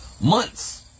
months